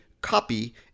copy